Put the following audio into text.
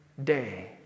day